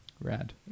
Rad